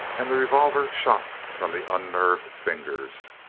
and the revolver shot from the unnerved fingers.